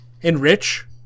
Enrich